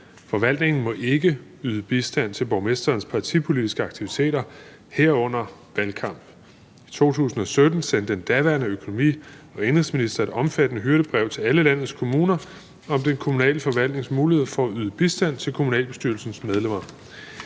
Forvaltningen må ikke yde bistand til borgmesterens partipolitiske aktiviteter, herunder valgkamp. I 2017 sendte den daværende økonomi- og indenrigsminister et omfattende hyrdebrev til alle landets kommuner om den kommunale forvaltnings mulighed for at yde bistand til kommunalbestyrelsens medlemmer.